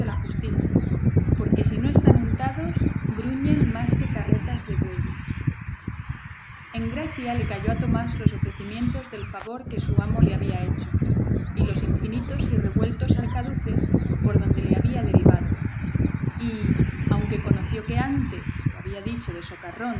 la justicia porque si no están untados gruñen más que carretas de bueyes en gracia le cayó a tomás los ofrecimientos del favor que su amo le había hecho y los infinitos y revueltos arcaduces por donde le había derivado y aunque conoció que antes lo había dicho de socarrón